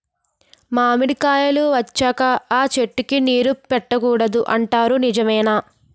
మామిడికాయలు వచ్చాక అ చెట్టుకి నీరు పెట్టకూడదు అంటారు నిజమేనా?